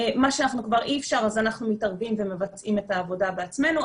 מה שכבר אי אפשר אז אנחנו מתערבים ומבצעים את העבודה בעצמנו,